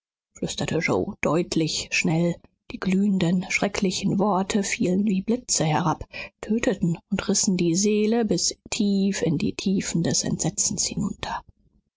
flüsterte yoe deutlich schnell die glühenden schrecklichen worte fielen wie blitze herab töteten und rissen die seele bis tief in die tiefen des entsetzens hinunter